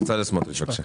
בצלאל סמוטריץ', בבקשה.